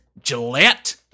Gillette